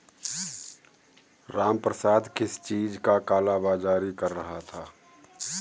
रामप्रसाद किस चीज का काला बाज़ारी कर रहा था